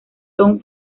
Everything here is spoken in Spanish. tom